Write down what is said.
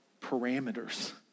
parameters